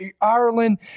ireland